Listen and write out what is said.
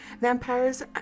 Vampires